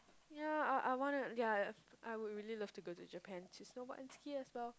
ya I I want to ya I would really love to go to Japan to snowboard and ski as well